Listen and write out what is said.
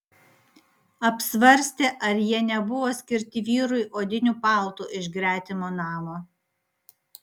apsvarstė ar jie nebuvo skirti vyrui odiniu paltu iš gretimo namo